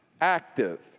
active